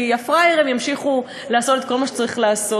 כי הפראיירים ימשיכו לעשות את כל מה שצריך לעשות.